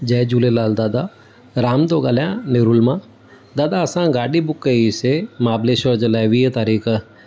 जय झूलेलाल दादा राम थो ॻाल्हायां नेरुल मां दादा असां गाॾी बुक कई हुईसीं महाबलेश्वर जे लाइ वीह तारीख़